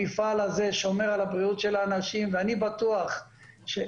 המפעל הזה שומר על הבריאות של האנשים ואני בטוח שבמידה